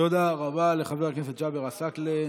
תודה רבה לחבר הכנסת ג'אבר עסאקלה.